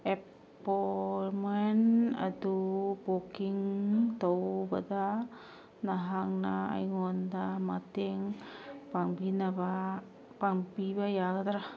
ꯑꯦꯄꯣꯏꯟꯃꯦꯟ ꯑꯗꯨ ꯕꯨꯛꯀꯤꯡ ꯇꯧꯕꯗ ꯅꯍꯥꯛꯅ ꯑꯩꯉꯣꯟꯗ ꯃꯇꯦꯡ ꯄꯥꯡꯕꯤꯅꯕ ꯄꯥꯡꯕꯤꯕ ꯌꯥꯒꯗ꯭ꯔ